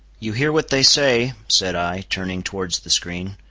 you hear what they say, said i, turning towards the screen,